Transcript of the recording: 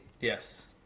Yes